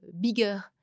bigger